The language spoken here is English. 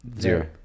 zero